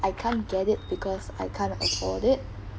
I can't get it because I can't afford it